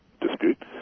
dispute